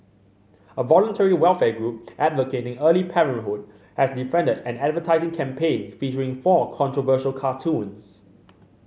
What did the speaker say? a voluntary welfare group advocating early parenthood has defended an advertising campaign featuring four controversial cartoons